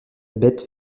bête